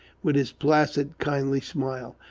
with his placid, kindly smile.